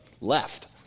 left